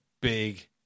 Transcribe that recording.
big